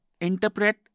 interpret